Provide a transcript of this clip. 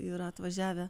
yra atvažiavę